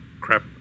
crap